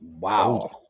wow